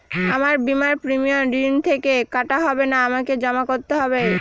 আমার বিমার প্রিমিয়াম ঋণ থেকে কাটা হবে না আমাকে জমা করতে হবে?